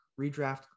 redraft